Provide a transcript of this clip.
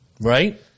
Right